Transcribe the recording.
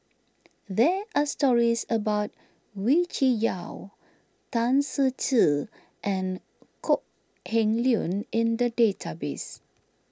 there are stories about Wee Cho Yaw Tan Ser Cher and Kok Heng Leun in the database